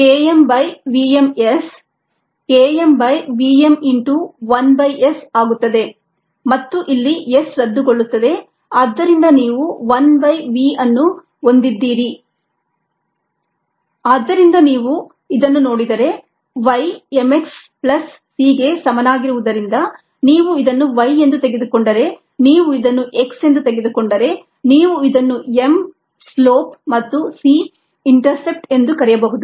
1v KmSvm S Kmvm 1S 1vm ಆದ್ದರಿಂದ ನೀವು ಇದನ್ನು ನೋಡಿದರೆ y m x plus c ಗೆ ಸಮನಾಗಿರುವುದರಿಂದ ನೀವು ಇದನ್ನು y ಎಂದು ತೆಗೆದುಕೊಂಡರೆ ನೀವು ಇದನ್ನು x ಎಂದು ತೆಗೆದುಕೊಂಡರೆ ನೀವು ಇದನ್ನು m ಸ್ಲೋಪ್ ಮತ್ತು c ಇಂಟರ್ಸೆಪ್ಟ್ ಎಂದು ಕರೆಯಬಹುದು